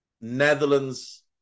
Netherlands